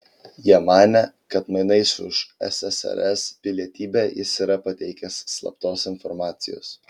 jie manė kad mainais už ssrs pilietybę jis yra pateikęs slaptos informacijos